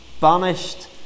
banished